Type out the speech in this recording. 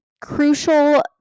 crucial